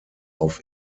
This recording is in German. auf